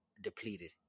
depleted